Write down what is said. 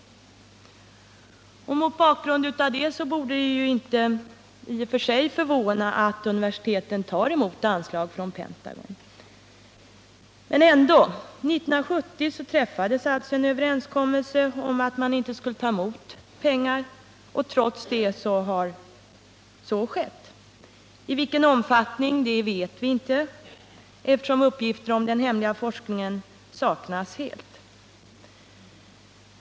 Mot bakgrund av detta borde det i och för sig inte vara förvånande att universiteten tar emot anslag från Pentagon. Men ändå! 1970 träffades en överenskommelse om att man inte längre skulle ta emot pengar, och trots det har så skett. I vilken omfattning vet vi inte, eftersom uppgifter om den hemliga forskningen saknas helt.